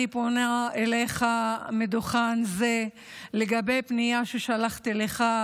אני פונה אליך מדוכן זה לגבי פנייה ששלחתי אליך,